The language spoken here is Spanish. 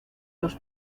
los